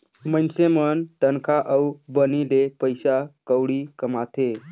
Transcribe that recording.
मइनसे मन तनखा अउ बनी ले पइसा कउड़ी कमाथें